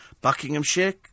Buckinghamshire